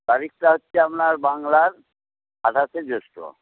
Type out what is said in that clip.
তারিখটা হচ্ছে আপনার বাংলার আঠাশে জ্যৈষ্ঠ